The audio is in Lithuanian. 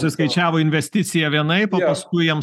suskaičiavo investiciją vienaip o paskui jiems